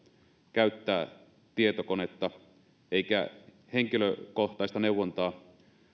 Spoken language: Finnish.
käyttää tietokonetta eikä henkilökohtaista neuvontaa